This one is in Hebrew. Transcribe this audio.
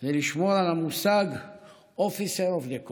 הוא לשמור על המושג Officer of the Court,